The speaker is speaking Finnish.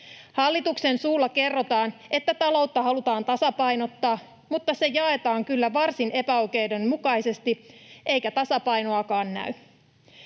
Hallituksen suulla kerrotaan, että taloutta halutaan tasapainottaa, mutta se jaetaan kyllä varsin epäoikeudenmukaisesti, eikä tasapainoakaan näy.